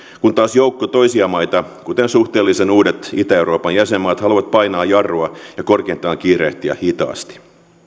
kun taas joukko toisia maita kuten suhteellisen uudet itä euroopan jäsenmaat haluaa painaa jarrua ja korkeintaan kiirehtiä hitaasti